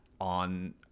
on